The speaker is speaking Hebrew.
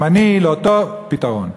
זמני, לא טוב, פתרון.